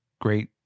great